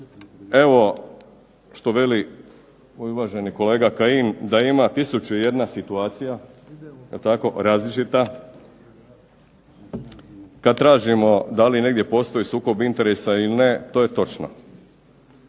Evo, što veli uvaženi kolega Kajin da ima 1001 situacija, jel tako', različita, kad tražimo da li negdje postoji sukob interesa ili ne to je točno.